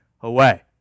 away